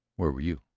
where were you?